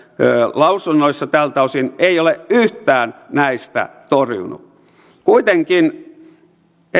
lausunnoissa tältä osin ei ole yhtään näistä torjunut kuitenkin